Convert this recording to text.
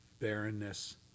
barrenness